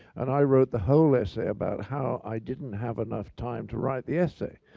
and i wrote the whole essay about how i didn't have enough time to write the essay.